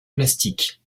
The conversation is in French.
plastique